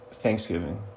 Thanksgiving